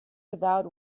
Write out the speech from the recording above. without